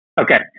Okay